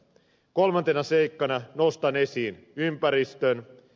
kolmantena seikkana nostan esiin ympäristön